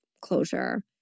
closure